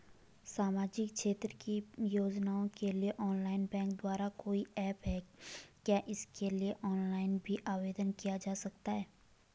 सामाजिक क्षेत्र की योजनाओं के लिए ऑनलाइन बैंक द्वारा कोई ऐप है क्या इसके लिए ऑनलाइन भी आवेदन किया जा सकता है?